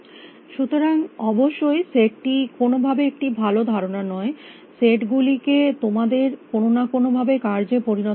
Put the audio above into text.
সুতরাং অবশ্যই সেটটি কোনো ভাবে একটি ভালো ধারণা নয় সেট গুলিকে তোমাদের কোনো না কোনো ভাবে কার্যে পরিণত করতে হবে